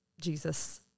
Jesus